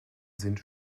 sind